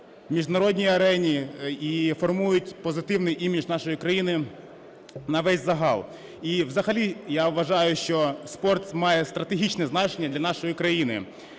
міжнародній арені і формують позитивний імідж нашої країни на весь загал. І взагалі, я вважаю, що спорт має стратегічне значення для нашої країни.